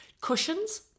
Cushions